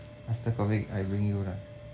after COVID I bring you lah